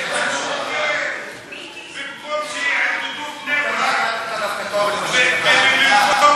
במקום שיעודדו את בני-ברק,